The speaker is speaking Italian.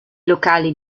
locali